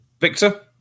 Victor